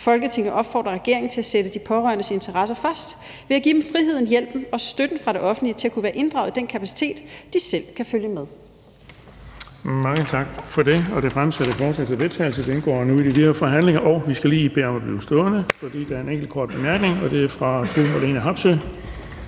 Folketinget opfordrer regeringen til at sætte de pårørendes interesser først ved at give dem friheden, hjælpen og støtten fra det offentlige til at kunne være inddraget i den kapacitet, de selv kan følge med